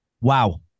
Wow